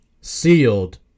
sealed